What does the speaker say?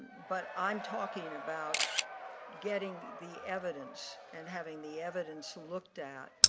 but i am talking about getting the evidence and having the evidence looked at.